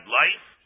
life